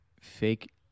fake